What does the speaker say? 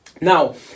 Now